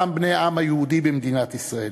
אותם בני העם היהודי במדינת ישראל,